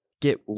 get